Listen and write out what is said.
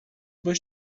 باش